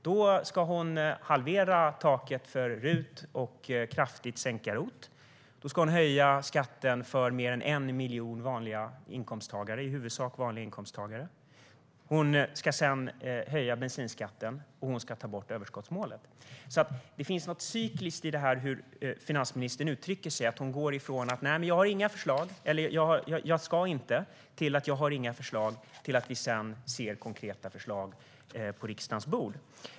Hon ska halvera taket för RUT och sänka ROT kraftigt. Hon ska höja skatten för mer än 1 miljon i huvudsak vanliga inkomsttagare. Hon ska höja bensinskatten, och hon ska ta bort överskottsmålet. Det finns något cykliskt i hur finansministern uttrycker sig. Hon går från "jag ska inte" till "jag har inga förslag" och vidare till att lägga konkreta förslag på riksdagens bord.